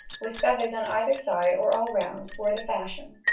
with feathers on either side or all round, were the fashion,